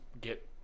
get